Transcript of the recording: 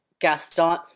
Gaston